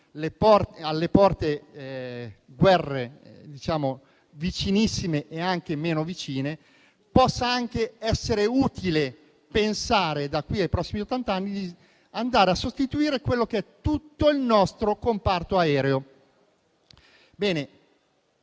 alle porte, vicinissime e meno vicine. Credo che possa anche essere utile pensare, da qui ai prossimi ottant'anni, di andare a sostituire quello che è tutto il nostro comparto aereo.